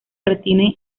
retiene